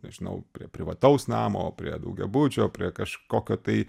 nežinau prie privataus namo prie daugiabučio prie kažkokio tai